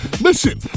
Listen